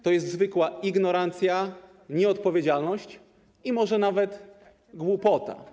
To zwykła ignorancja, nieodpowiedzialność, a może nawet głupota.